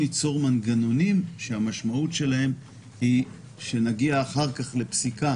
מנגנונים שהמשמעות שלהם היא שנגיע לפסיקה